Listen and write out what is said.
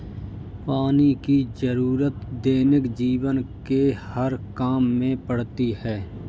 पानी की जरुरत दैनिक जीवन के हर काम में पड़ती है